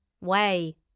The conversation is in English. Way